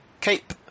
CAPE